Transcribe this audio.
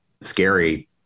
scary